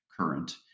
current